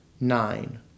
Nine